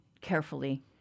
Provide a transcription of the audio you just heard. carefully